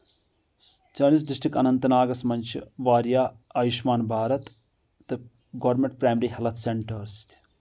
سٲنِس ڈسٹرک اننت ناگس منٛز چھِ واریاہ آیُشمان بھارت تہٕ گورمنٹ پرایمری ہیٚلتھ سینٹٲرٕس